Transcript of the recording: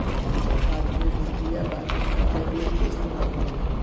पूजा पाठ मे भी दिया बाती खातिर रुई के इस्तेमाल होखेला